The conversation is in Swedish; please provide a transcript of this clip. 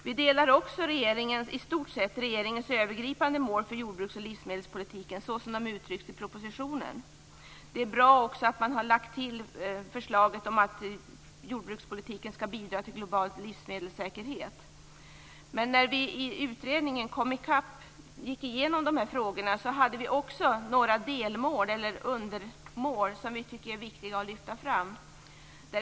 Vi delar också i stort sett regeringens övergripande mål för jordbruks och livsmedelspolitiken såsom de uttrycks i propositionen. Det är också bra att regeringen har lagt till förslaget om att jordbrukspolitiken skall bidra till global livsmedelssäkerhet. Men när vi i utredningen Komicap gick igenom dessa frågor hade vi också några delmål som vi tycker är viktiga att lyfta fram.